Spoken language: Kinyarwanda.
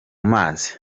mazi